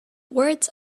words